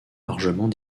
largement